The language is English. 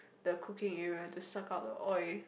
the cooking area to suck out the oil